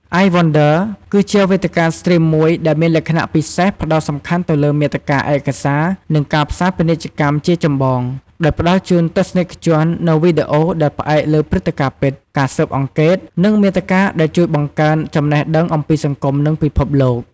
អាយ វ៉ាន់ដឺ (iWonder) គឺជាវេទិកាស្ទ្រីមមួយដែលមានលក្ខណៈពិសេសផ្តោតសំខាន់ទៅលើមាតិកាឯកសារ និងការផ្សាយពាណិជ្ជកម្មជាចម្បង ដោយផ្តល់ជូនទស្សនិកជននូវវីដេអូដែលផ្អែកលើព្រឹត្តិការណ៍ពិត ការស៊ើបអង្កេត និងមាតិកាដែលជួយបង្កើនចំណេះដឹងអំពីសង្គមនិងពិភពលោក។